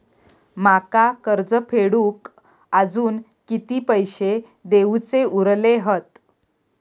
माका कर्ज फेडूक आजुन किती पैशे देऊचे उरले हत?